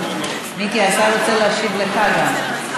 מיקי, השר רוצה להשיב לך גם.